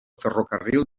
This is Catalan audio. ferrocarril